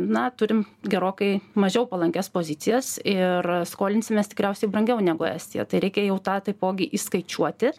na turim gerokai mažiau palankias pozicijas ir skolinsimės tikriausiai brangiau negu estija tai reikia jau tą taipogi įskaičiuoti